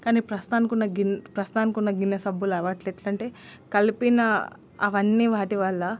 కాని ప్రస్తుతానికున్న గిన్ ప్రస్తుతానికున్న గిన్నె సబ్బులవట్లేట్లంటే కలిపిన అవన్ని వాటివల్ల